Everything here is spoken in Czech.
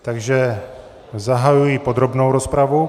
Takže zahajuji podrobnou rozpravu.